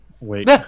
wait